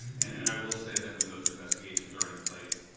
and and i will say that when those investigations are in place,